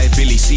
Billy